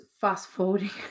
fast-forwarding